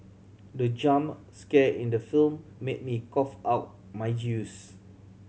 the jump scare in the film made me cough out my juice